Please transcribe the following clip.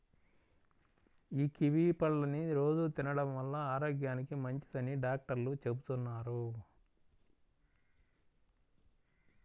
యీ కివీ పళ్ళని రోజూ తినడం వల్ల ఆరోగ్యానికి మంచిదని డాక్టర్లు చెబుతున్నారు